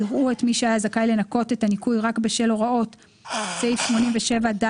יראו מי שהיה זכאי לנכות את הניכוי רק בשל הוראות סעיף 87ד(ג)